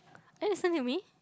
are you listen to me